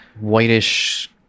whitish